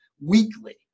weekly